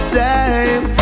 time